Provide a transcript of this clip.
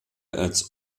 als